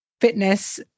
fitness